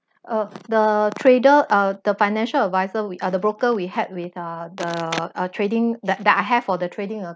or the trader uh the financial advisor uh the broker we had with uh the uh trading that that I have for the trading a~